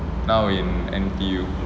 now in N_T_U